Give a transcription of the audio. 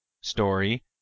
story